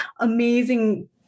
amazing